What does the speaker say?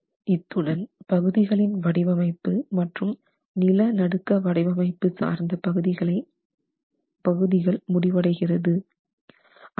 இத்துடன் பகுதிகளின் வடிவமைப்பு மற்றும் நில நடுக்க வடிவமைப்பு சார்ந்த பகுதிகள் முடிவடைகிறது